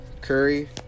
Curry